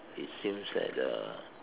it seems that uh